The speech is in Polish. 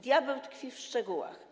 Diabeł tkwi w szczegółach.